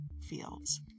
fields